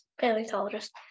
Paleontologist